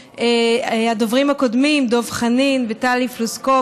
הדוברים הקודמים דב חנין וטלי פלוסקוב.